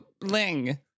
ling